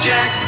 Jack